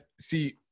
See